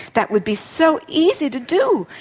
that would be so easy to do,